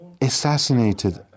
assassinated